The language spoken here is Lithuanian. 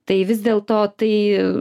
tai vis dėl to tai